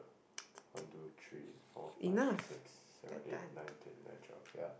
one two three four five six seven eight nine ten eleven twelve yeah